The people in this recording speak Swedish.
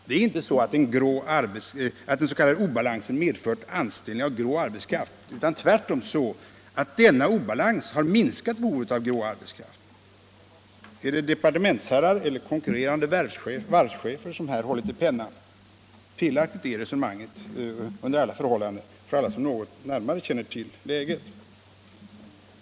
Det är inte så att den s.k. obalansen har medfört anställning av grå arbetskraft utan tvärtom så, att denna obalans har minskat behovet av grå arbetskraft. Är det departementsherrar eller konkurrerande varvschefer som här hållit i pennan? Felaktigt är resonemanget under alla förhållanden — det vet alla som något känner till läget.